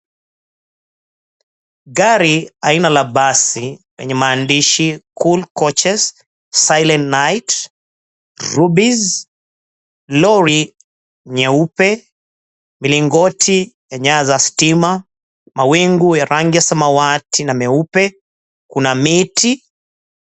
Gari aina la basi yenye maandishi 'Cool Coaches, Silent Night Rubis'. Lori nyeupe, milingoti ya nyaya za stima, mawingu ya rangi ya samawati na meupe. Kuna miti.